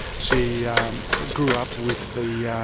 she um ah grew up with the yeah